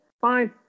Five